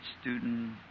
student